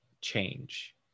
change